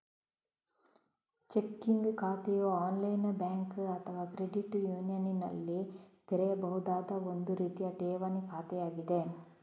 checking ಖಾತೆಯು online bank ಅಥವಾ credit ಯೂನಿಯನಿನಲ್ಲಿ ತೆರೆಯಬಹುದಾದ ಒಂದು ರೀತಿಯ ಠೇವಣಿ ಖಾತೆಯಾಗಿದೆ